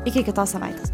iki kitos savaitės